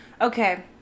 Okay